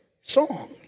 song